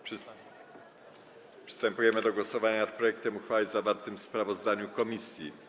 Przystępujemy do głosowania nad projektem uchwały zawartym w sprawozdaniu komisji.